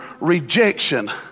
rejection